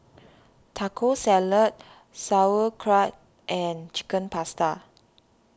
Taco Salad Sauerkraut and Chicken Pasta